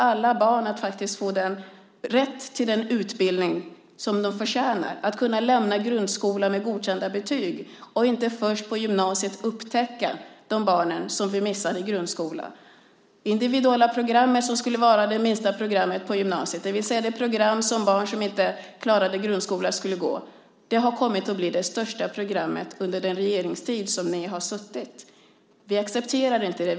Alla barn ska ha rätt till den utbildning som de förtjänar. De ska kunna lämna grundskolan med godkända betyg, och vi ska inte först på gymnasiet upptäcka de barn som vi missade i grundskolan. Det individuella programmet som skulle vara det minsta programmet på gymnasiet, det vill säga det program som de barn som inte klarade grundskolan skulle gå, har kommit att bli det största programmet under den regeringstid som ni har suttit. Vi accepterar inte det.